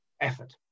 effort